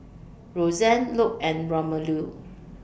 Rozanne Luc and Romello